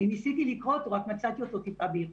אני ניסיתי לקרוא אותו רק מצאתי אותו טיפה באיחור.